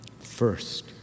First